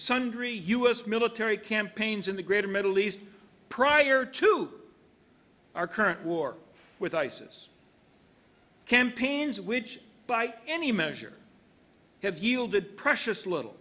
sundry u s military campaigns in the greater middle east prior to our current war with isis campaigns which by any measure have yielded precious little